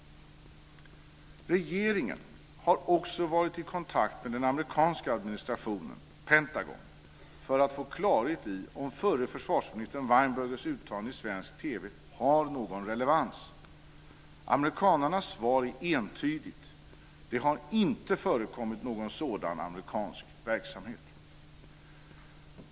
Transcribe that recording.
Regeringen har också varit i kontakt med den amerikanska administrationen, Pentagon, för att få klarhet i om förre försvarsministern Weinbergers uttalanden i svensk TV har någon relevans. Amerikanarnas svar är entydigt - det har inte förekommit någon sådan amerikansk verksamhet.